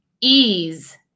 ease